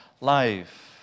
life